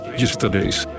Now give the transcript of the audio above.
yesterday's